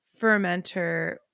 fermenter